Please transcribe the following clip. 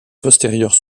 postérieures